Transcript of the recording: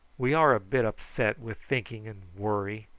we are a bit upset with thinking and worry.